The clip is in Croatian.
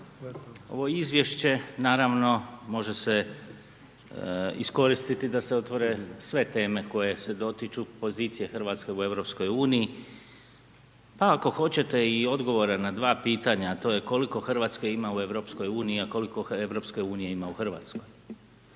Ovo Izvješće, naravno može se iskoristiti da se otvore sve teme koje se dotiču pozicije Hrvatske u Europskoj uniji, pa ako hoćete i odgovora na dva pitanja, a to je koliko Hrvatska ima u Europskoj uniji, a koliko Europske unije ima u Hrvatskoj?